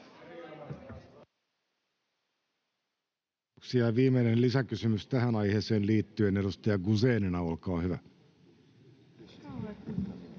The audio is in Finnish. kiitos